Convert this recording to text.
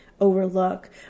overlook